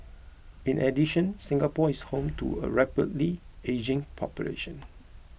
in addition Singapore is home to a rapidly ageing population